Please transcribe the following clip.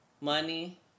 money